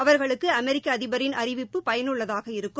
அவர்களுக்கு அமெரிக்க அதிபரின் அறிவிப்பு பயனுள்ளதாக இருக்கும்